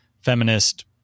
feminist